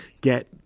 get